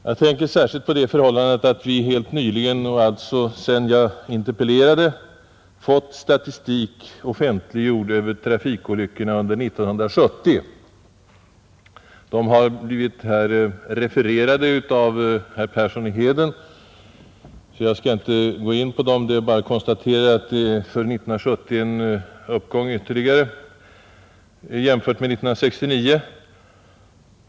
Jag tänker särskilt på det förhållandet att vi helt nyligen — och alltså sedan jag interpellerade — fått statistik offentliggjord över trafikolyckorna under 1970. Den har här blivit refererad av herr Persson i Heden, så jag skall inte gå in på den. Det är endast att konstatera att det för 1970 är en ytterligare uppgång jämfört med 1969.